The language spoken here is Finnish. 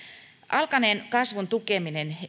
alkaneen kasvun tukeminen ei